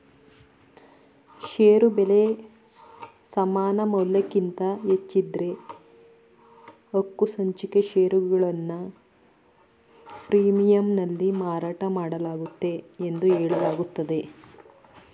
ಷೇರು ಬೆಲೆ ಸಮಾನಮೌಲ್ಯಕ್ಕಿಂತ ಹೆಚ್ಚಿದ್ದ್ರೆ ಹಕ್ಕುಸಂಚಿಕೆ ಷೇರುಗಳನ್ನ ಪ್ರೀಮಿಯಂನಲ್ಲಿ ಮಾರಾಟಮಾಡಲಾಗುತ್ತೆ ಎಂದು ಹೇಳಲಾಗುತ್ತೆ